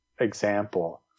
example